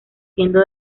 siendo